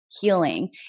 healing